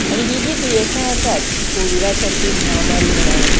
आनी हीं जीं दुयेसां आसात कोविडा सारकी म्हामारी म्हणात